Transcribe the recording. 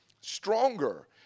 stronger